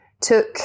took